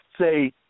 say